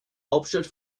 hauptstadt